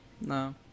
No